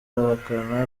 arahakana